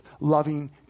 loving